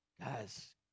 Guys